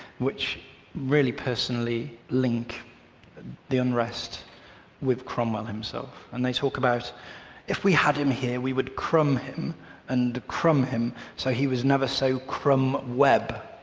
which really personally link the unrest with cromwell himself. and they talked about if we had him here we would crumb him and crumb him so he was never so crumb web,